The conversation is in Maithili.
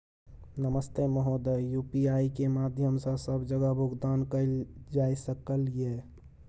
नमस्ते महोदय, यु.पी.आई के माध्यम सं सब जगह भुगतान कैल जाए सकल ये?